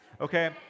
Okay